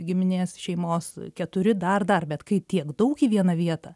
giminės šeimos keturi dar dar bet kai tiek daug į vieną vietą